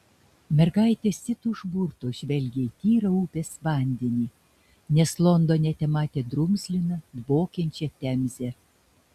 mergaitės it užburtos žvelgė į tyrą upės vandenį nes londone tematė drumzliną dvokiančią temzę